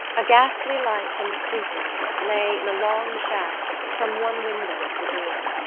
a ghostly light from the street lamp lay in a long shaft from one window to the door.